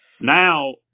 Now